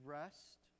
rest